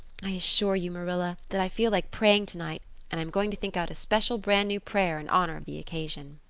i assure you, marilla, that i feel like praying tonight and i'm going to think out a special brand-new prayer in honor of the occasion.